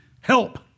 help